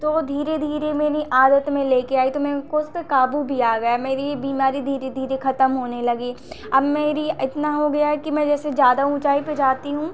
तो वह धीरे धीरे मैंने आयत में लेकर आई तो मुझको उस पर काबू भी आ गया मेरी बीमारी धीरे धीरे ख़त्म होने लगी अब मेरी इतना हो गया कि मैं जैसे ज़्यादा ऊँचाई पर जाती हूँ